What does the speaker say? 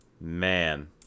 Man